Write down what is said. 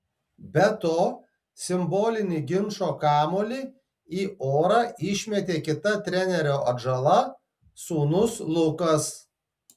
be to simbolinį ginčo kamuolį į orą išmetė kita trenerio atžala sūnus lukas